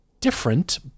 different